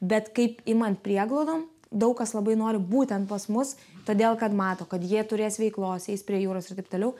bet kaip imant prieglaudą daug kas labai nori būtent pas mus todėl kad mato kad jie turės veiklos eis prie jūros ir taip toliau